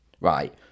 right